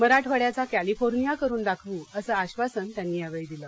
मराठवाड्याचा कॅलीफोर्निया करुन दाखवु अस अश्वासन त्यांनी यावेळी दिलं